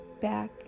back